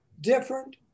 different